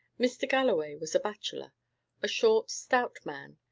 mr. galloway was a bachelor a short, stout man,